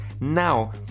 Now